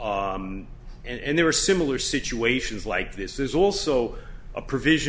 and there were similar situations like this there's also a provision